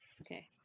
Okay